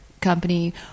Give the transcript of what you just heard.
company